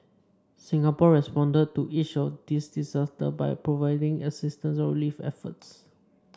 Singapore responded to each of these disasters by providing assistance or relief efforts